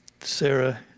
Sarah